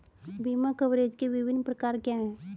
बीमा कवरेज के विभिन्न प्रकार क्या हैं?